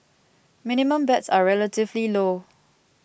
minimum bets are relatively low